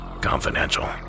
confidential